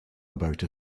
about